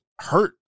hurt